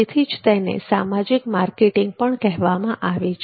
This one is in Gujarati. તેથી જ તેને સામાજિક માર્કેટિંગ કહેવામાં આવે છે